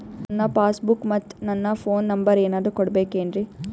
ನನ್ನ passbook ಮತ್ ನನ್ನ ಫೋನ್ ನಂಬರ್ ಏನಾದ್ರು ಕೊಡಬೇಕೆನ್ರಿ?